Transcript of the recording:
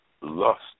lust